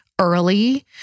early